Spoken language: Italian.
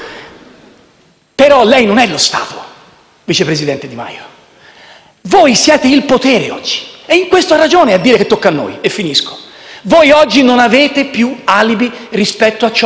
Però, lei non è lo Stato, vice presidente Di Maio. Voi siete il potere oggi e in questo ha ragione a dire che tocca a voi. Non avete più alibi rispetto a ciò che avete